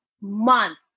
month